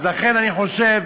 לכן אני חושב